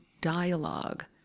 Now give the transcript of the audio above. dialogue